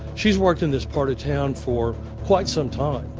she's worked in this part of town for quite some time.